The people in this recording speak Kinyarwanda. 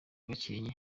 gakenke